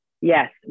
yes